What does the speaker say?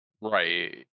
Right